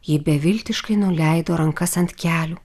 ji beviltiškai nuleido rankas ant kelių